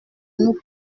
nous